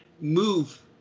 move